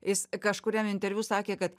jis kažkuriam interviu sakė kad